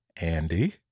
Andy